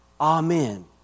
Amen